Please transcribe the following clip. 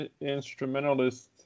instrumentalist